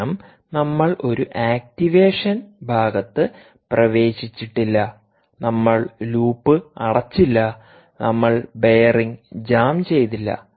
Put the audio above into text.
കാരണം നമ്മൾ ഒരു ആക്റ്റിവേഷൻ ഭാഗത്ത് പ്രവേശിച്ചിട്ടില്ല നമ്മൾ ലൂപ്പ് അടച്ചില്ല നമ്മൾ ബെയറിംഗ് ജാം ചെയ്തില്ല